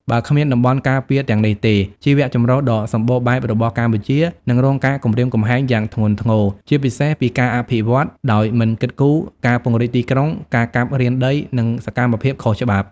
បើគ្មានតំបន់ការពារទាំងនេះទេ ជីវៈចម្រុះដ៏សម្បូរបែបរបស់កម្ពុជានឹងរងការគំរាមកំហែងយ៉ាងធ្ងន់ធ្ងរ ជាពិសេសពីការអភិវឌ្ឍដោយមិនគិតគូរ ការពង្រីកទីក្រុង ការកាប់រានដី និងសកម្មភាពខុសច្បាប់។